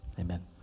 Amen